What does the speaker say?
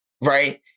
right